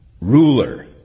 Ruler